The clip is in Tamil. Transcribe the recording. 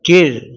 கீழ்